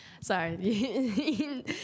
sorry